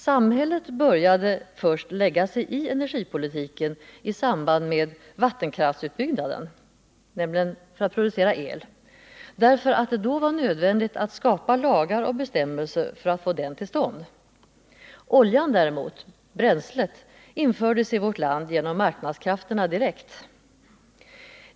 Samhället började lägga sig i energipolitiken först i samband med vattenkraftsutbyggnaden — nämligen för att producera elektricitet — därför att det då var nödvändigt att skapa lagar och bestämmelser för att få den utbyggnaden till stånd. Oljan som bränsle däremot infördes i vårt land genom marknadskrafterna direkt.